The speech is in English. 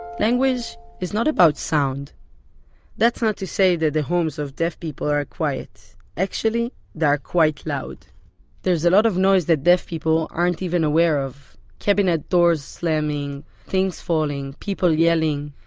language is not about sound that's not to say that the homes of deaf people are quiet. actually they are quite loud there's a lot of noise that the deaf people aren't even aware of cabinet doors slamming, things falling, people yelling.